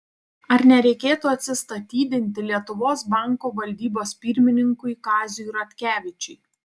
ar nereiktų atsistatydinti lietuvos banko valdybos pirmininkui kaziui ratkevičiui